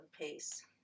pace